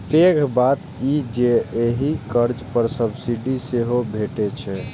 पैघ बात ई जे एहि कर्ज पर सब्सिडी सेहो भैटै छै